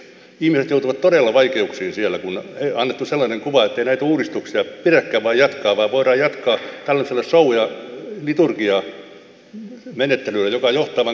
ihmiset joutuvat todella vaikeuksiin siellä kun on annettu sellainen kuva ettei näitä uudistuksia pidäkään vain jatkaa vaan voidaan jatkaa tällaisella show ja liturgiamenettelyllä joka johtaa vain kreikan todellisiin vaikeuksiin